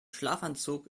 schlafanzug